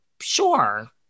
sure